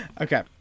Okay